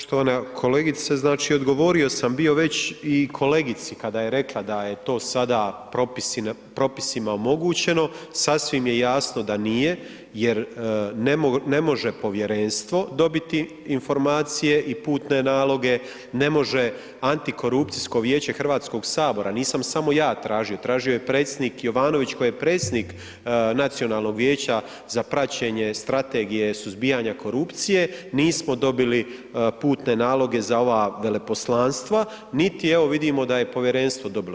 Poštovana kolegice, znači odgovorio sam bio već i kolegici kada je rekla da je to sada propisima omogućeno, sasvim je jasno da nije jer ne može povjerenstvo dobiti informacije i putne naloge, ne može antikorupcijsko vijeće Hrvatskog sabora, nisam samo ja tražio, tražio je i predsjednik Jovanović koji je predsjednik Nacionalnog vijeća za praćenje strategije suzbijanja korupcije, nismo dobili putne naloge za ova veleposlanstva, niti evo vidimo da je povjerenstvo dobilo.